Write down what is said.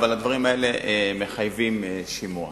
אבל הדברים האלה מחייבים שימוע.